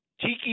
Tiki